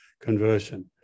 conversion